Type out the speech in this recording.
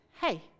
Hey